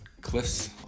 Cliff's